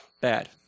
bad